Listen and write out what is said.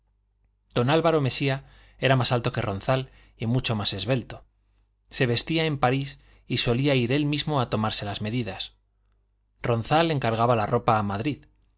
don álvaro mesía era más alto que ronzal y mucho más esbelto se vestía en parís y solía ir él mismo a tomarse las medidas ronzal encargaba la ropa a madrid